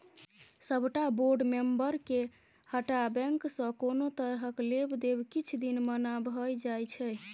सबटा बोर्ड मेंबरके हटा बैंकसँ कोनो तरहक लेब देब किछ दिन मना भए जाइ छै